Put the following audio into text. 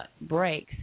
breaks